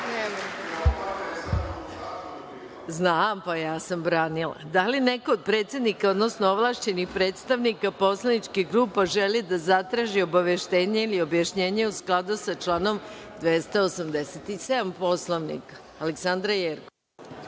Znam, pa ja sam branila. Da li neko od predsednika, odnosno ovlašćenih predstavnika poslaničkih grupa želi da zatraži obaveštenje ili objašnjenje u skladu sa članom 287. Poslovnika. Reč ima Aleksandra Jerkov.